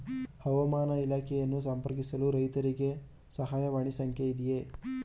ಹವಾಮಾನ ಇಲಾಖೆಯನ್ನು ಸಂಪರ್ಕಿಸಲು ರೈತರಿಗೆ ಸಹಾಯವಾಣಿ ಸಂಖ್ಯೆ ಇದೆಯೇ?